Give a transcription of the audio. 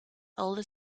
older